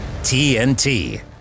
TNT